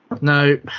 no